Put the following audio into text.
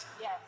Yes